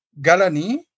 galani